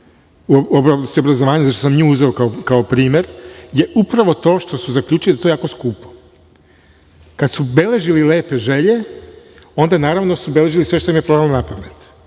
obrazovanja, zato što sam nju uzeo kao primer, je upravo to što su zaključili da je to jako skupo. Kada su beležili lepe želje, onda su naravno beležili sve što im je palo na pamet.